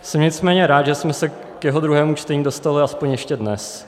Jsem nicméně rád, že jsme se k jeho druhému čtení dostali aspoň ještě dnes.